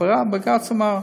אבל בג"ץ אמר: